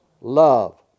love